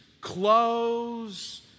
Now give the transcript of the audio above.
clothes